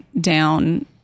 down